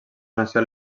nació